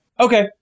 Okay